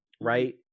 right